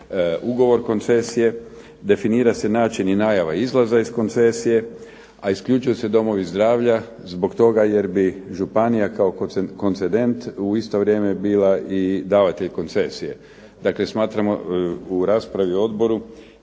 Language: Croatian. ugovor koncesije, definira se način i najava izlaza iz koncesije, a isključuju se domovi zdravlja zbog toga jer bi županija kao koncident u isto vrijeme bila i davatelj koncesije. Dakle smatramo u raspravi u odboru